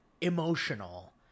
emotional